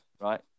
right